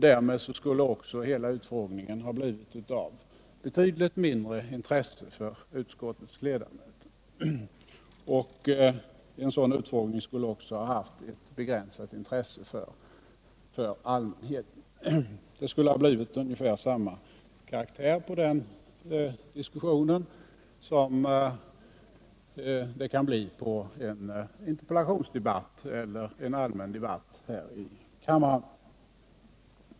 Därmed skulle hela utfrågningen ha blivit av betydligt mindre intresse för utskottets ledamöter. En sådan utfrågning skulle också ha haft ett begränsat intresse för allmänheten. Den diskussionen skulle ha fått ungefär samma karaktär som en interpellationsdebatt eller en allmän debatt här i kammaren.